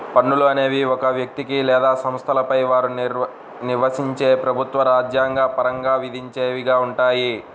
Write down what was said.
పన్నులు అనేవి ఒక వ్యక్తికి లేదా సంస్థలపై వారు నివసించే ప్రభుత్వం రాజ్యాంగ పరంగా విధించేవిగా ఉంటాయి